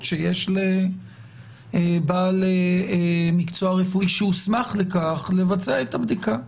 שיש לבעל מקצוע רפואי שהוסמך לכך לבצע את הבדיקה.